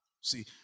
See